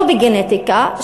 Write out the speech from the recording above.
לא בגנטיקה,